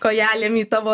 kojelėm į tavo